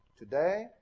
Today